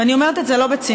ואני אומרת את זה לא בציניות.